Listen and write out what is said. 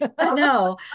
no